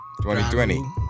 2020